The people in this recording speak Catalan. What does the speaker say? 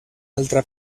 altra